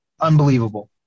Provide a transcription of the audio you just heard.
unbelievable